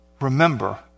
Remember